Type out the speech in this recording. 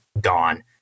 gone